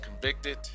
convicted